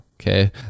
okay